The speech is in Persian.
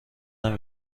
نمی